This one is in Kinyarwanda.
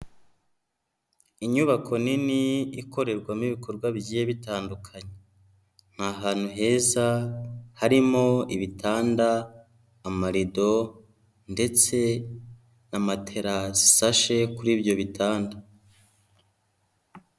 Inyubako nini ikorerwamo ibikorwa bigiye bitandukanye, ni ahantu heza harimo ibitanda, amarido, ndetse na matera zisashe kuri ibyo bitanda.